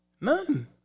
none